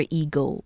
ego